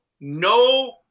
no